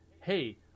hey